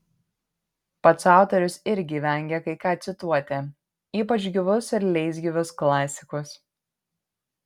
pats autorius irgi vengia kai ką cituoti ypač gyvus ir leisgyvius klasikus